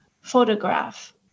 photograph